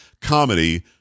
comedy